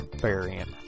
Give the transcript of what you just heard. variant